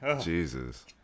Jesus